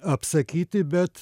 apsakyti bet